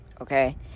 okay